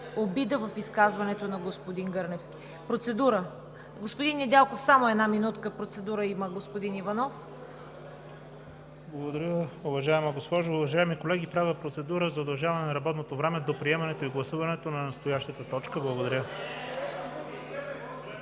обида в изказването на господин Гърневски. Процедура. Господин Недялков, само една минутка, процедура има господин Иванов. СТАНИСЛАВ ИВАНОВ (ГЕРБ): Благодаря, уважаема госпожо Председател. Уважаеми колеги, правя процедура за удължаване на работното време до приемането и гласуването на настоящата точка. Благодаря.